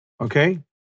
Okay